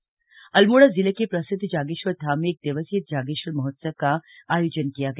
जागेश्वर महोत्सव अल्मोड़ा जिले के प्रसिद्ध जागेश्वर धाम में एक दिवसीय जागेश्वर महोत्सव का आयोजन किया गया